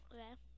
Okay